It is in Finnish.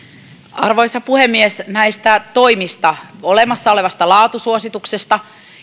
arvoisa puhemies näistä toimista olemassa olevasta laatusuosituksesta